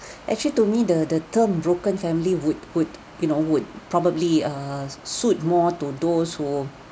actually to me the the term broken family would would you know would probably err suit more to those who